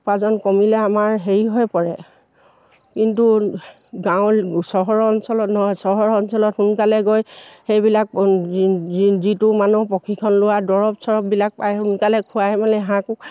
উপাৰ্জন কমিলে আমাৰ হেৰি হৈ পৰে কিন্তু গাঁও চহৰৰ অঞ্চলত নহয় চহৰৰ অঞ্চলত সোনকালে গৈ সেইবিলাক যি যিটো মানুহ প্ৰশিক্ষণ লোৱা দৰৱ চৰৱবিলাক পায় সোনকালে খোৱাই মেলি হাঁহ কুকুৰা